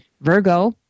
Virgo